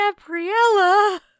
Gabriella